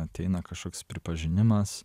ateina kažkoks pripažinimas